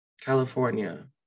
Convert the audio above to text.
California